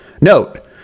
Note